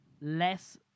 less